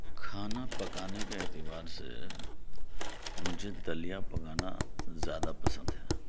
کھانا پکانا کے اعتبار سے مجھے دلیا پکانا زیادہ پسند ہے